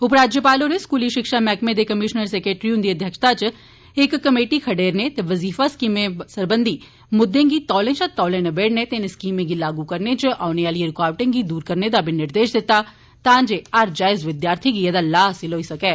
उपराज्यपाल होरे स्कूली शिक्षा मैहकमें दे कमीश्नर सैक्ट्री हुन्दी अध्यक्षता च इक कमेटी खडेरने ते बजीफा स्कीमें सरबंधी मुददे गी तौले शा तौले नबेड़ने ते इनें स्कीमें गी लागू करने च औने आलिए रूकावटें गी दूर करने दा बी निर्देश दित्ता तां जे हर जायज विद्यार्थी गी एहदा लाह हासल होई सकै